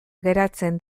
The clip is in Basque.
geratzen